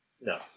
No